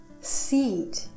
seed